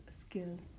skills